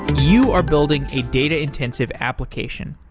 you are building a data-intensive application.